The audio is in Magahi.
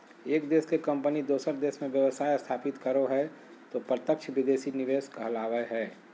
एक देश के कम्पनी दोसर देश मे व्यवसाय स्थापित करो हय तौ प्रत्यक्ष विदेशी निवेश कहलावय हय